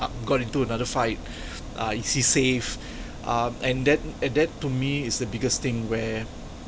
uh got into another fight uh is he safe uh and that and that to me is the biggest thing where